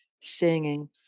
singing